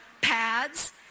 pads